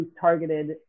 targeted